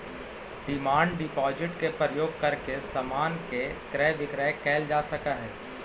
demand deposit के प्रयोग करके समान के क्रय विक्रय कैल जा सकऽ हई